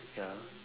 ya